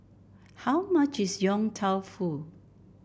how much is Yong Tau Foo